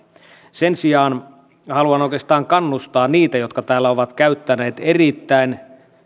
sen sijaan haluan oikeastaan kannustaa niitä jotka täällä ovat käyttäneet erittäin